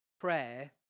prayer